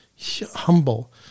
humble